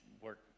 work